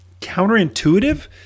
counterintuitive